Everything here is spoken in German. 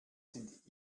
sind